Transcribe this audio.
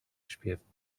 śpiewnych